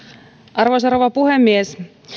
arvoisa rouva puhemies